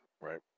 Right